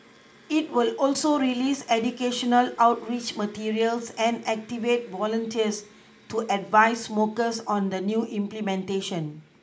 it will also release educational outreach materials and activate volunteers to advise smokers on the new implementation